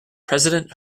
president